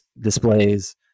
displays